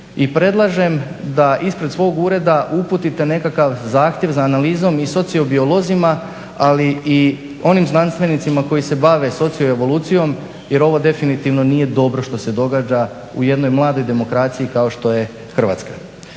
I predlažem da ispred svog ureda uputite nekakav zahtjev za analizom i sociobiolozima ali i onim znanstvenicima koji se bave socioevolucijom jer ovo definitivno nije dobro što se događa u jednoj mladoj demokraciji kao što je Hrvatska.